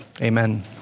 Amen